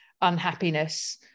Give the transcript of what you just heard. unhappiness